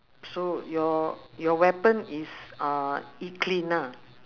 so your your weapon is uh eat clean ah